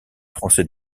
français